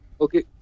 Okay